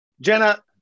Jenna